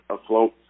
afloat